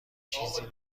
چیزی